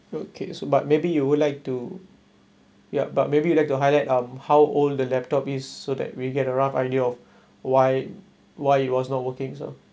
okay but maybe you would like to yup but maybe you like to highlight um how old the laptop is so that we get a rough idea of why why it was not working so